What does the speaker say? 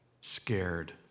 scared